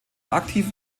aktiven